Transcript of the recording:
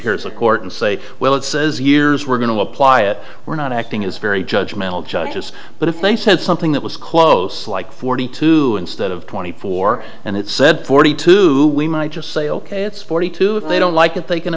here is a court and say well it says years we're going to apply it we're not acting as very judge mental judges but if they said something that was close like forty two instead of twenty four and it said forty two we might just say ok it's forty two if they don't like it they can